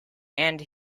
and